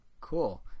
Cool